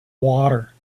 water